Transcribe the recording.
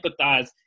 empathize